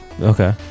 Okay